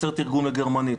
חסר תרגום לגרמנית,